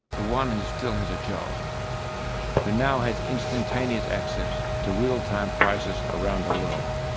the one who still has a job who now has instantaneous access to real time prices around the world.